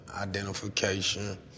identification